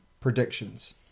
predictions